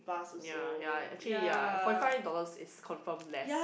ya ya actually ya forty five dollars is confirm less